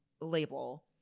label